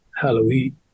halloween